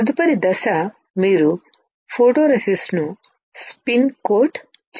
తదుపరి దశ మీరు ఫోటోరేసిస్ట్ ను స్పిన్ కోట్ చేయాలి